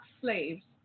slaves